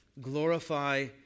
glorify